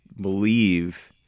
believe